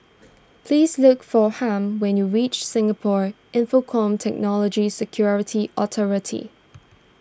please look for Harm when you reach Singapore Infocomm Technology Security Authority